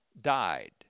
died